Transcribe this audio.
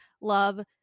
love